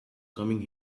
coming